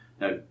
Now